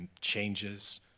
changes